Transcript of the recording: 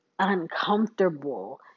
uncomfortable